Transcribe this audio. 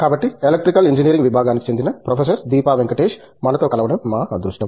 కాబట్టి electrical engineering విభాగానికి చెందిన ప్రొఫెసర్ దీపా వెంకటేష్ మనతో కలవడం మా అదృష్టం